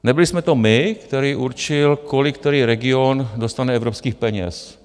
Nebyli jsme to my, který určil, kolik který region dostane evropských peněz.